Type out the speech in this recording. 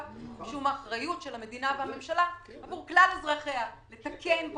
שהוא אחריות המדינה והממשלה עבור כלל אזרחיה לתקן פה